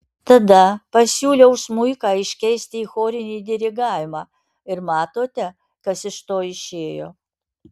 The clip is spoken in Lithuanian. tada pasiūliau smuiką iškeisti į chorinį dirigavimą ir matote kas iš to išėjo